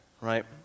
right